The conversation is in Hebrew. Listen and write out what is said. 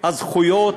הזכויות,